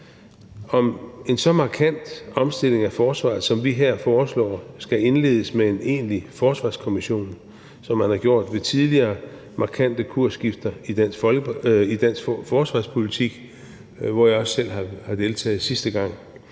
om en så markant omstilling af forsvaret, som vi her foreslår, skal indledes med en egentlig forsvarskommission, som man har gjort ved tidligere markante kursskifter i dansk forsvarspolitik, hvor jeg også selv deltog sidste gang,